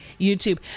YouTube